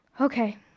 Okay